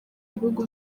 ibihugu